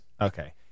okay